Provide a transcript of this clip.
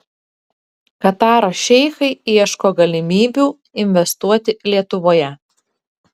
kataro šeichai ieško galimybių investuoti lietuvoje